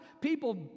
People